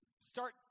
start